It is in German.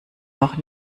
noch